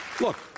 Look